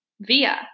Via